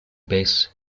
bass